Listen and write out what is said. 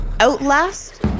Outlast